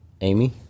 Amy